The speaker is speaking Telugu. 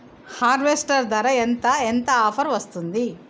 హార్వెస్టర్ ధర ఎంత ఎంత ఆఫర్ వస్తుంది?